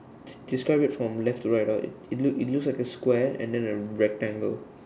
describe it from left to right ah it it it looks like a square and then a rectangle